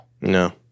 No